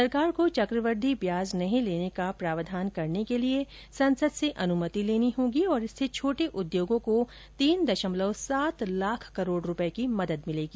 सरकार को चक्रवृद्धि ब्याज नहीं लेने का प्रावधान करने के लिए संसद से अनुमति लेनी होगी और इससे छोटे उद्योगों को तीन दशमलव सात लाख करोड़ रुपये की मदद मिलेगी